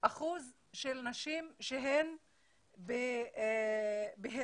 של נשים שהן בהיריון.